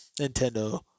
Nintendo